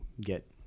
get